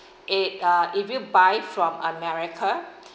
it uh if you buy from america